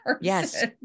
Yes